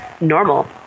normal